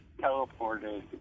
teleported